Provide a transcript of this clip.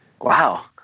Wow